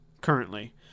currently